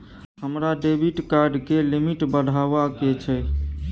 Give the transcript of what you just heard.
हमरा debit card के limit बढावा के छै